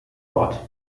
ort